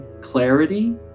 clarity